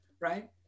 right